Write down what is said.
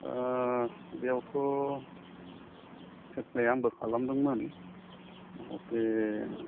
बेयावथ' एप्लाइ आंबो खालामदोंमोन माखासे